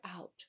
out